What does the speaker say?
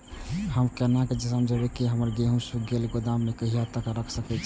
हम केना समझबे की हमर गेहूं सुख गले गोदाम में कहिया तक रख सके छिये?